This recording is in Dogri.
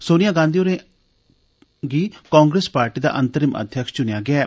सोनिया गांधी होरें'गी कांग्रेस पार्टी दा अंतरिम अध्यक्ष चुनेआ गेआ ऐ